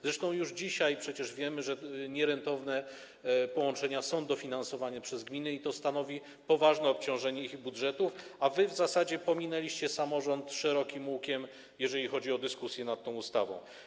Zresztą przecież już dzisiaj wiemy, że nierentowne połączenia są dofinansowywane przez gminy, i to stanowi poważne obciążenie ich budżetów, a wy w zasadzie pominęliście samorząd szerokim łukiem, jeżeli chodzi o dyskusję nad tą ustawą.